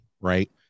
right